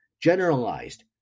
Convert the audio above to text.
generalized